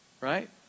Right